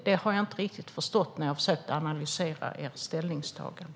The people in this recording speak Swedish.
Det har jag inte riktigt förstått när jag har försökt analysera ert ställningstagande.